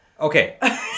Okay